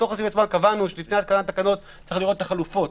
בתוך הסעיפים קבענו שלפני התקנת תקנות צריך לראות את החלופות,